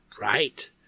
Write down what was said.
Right